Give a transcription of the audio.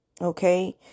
Okay